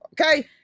okay